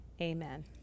amen